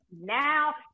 Now